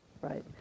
right